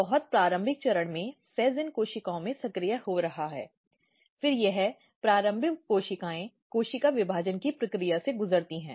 बहुत प्रारंभिक चरण में FEZ इन कोशिकाओं में सक्रिय हो रहा है फिर यह प्रारंभिक कोशिकाएं कोशिका विभाजन की प्रक्रिया से गुजरती हैं